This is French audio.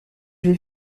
j’ai